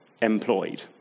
employed